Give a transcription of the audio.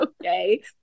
okay